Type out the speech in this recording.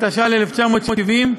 התש"ל 1970,